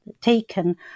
taken